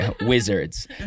Wizards